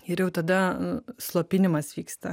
ir jau tada slopinimas vyksta